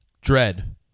Dread